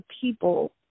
people